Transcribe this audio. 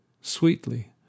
Sweetly